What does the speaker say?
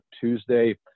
Tuesday